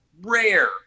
rare